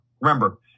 remember